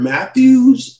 Matthews